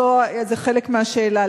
אז זה חלק מהשאלה,